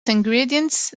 ingredients